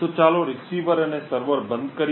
તો ચાલો રીસીવર અને સર્વર બંધ કરીએ